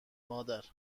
مادر